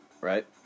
right